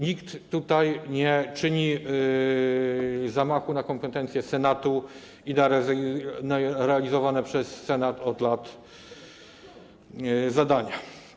Nikt tutaj nie czyni zamachu na kompetencje Senatu i na realizowane przez Senat od lat zadania.